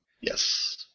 Yes